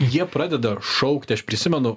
jie pradeda šaukti aš prisimenu